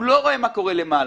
המפקח לא רואה מה יש למעלה,